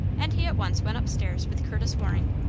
and he at once went upstairs with curtis waring.